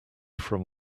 from